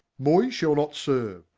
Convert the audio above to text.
moy shall not serue,